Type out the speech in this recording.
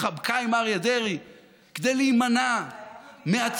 התחבקה עם אריה דרעי כדי להימנע מהצבעה.